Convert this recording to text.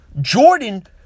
Jordan